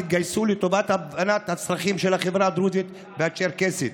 התגייסו לטובת הבנת הצרכים של החברה הדרוזית והצ'רקסית.